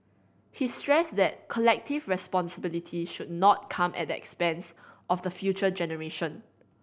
he stressed that collective responsibility should not come at the expense of the future generation